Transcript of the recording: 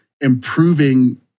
improving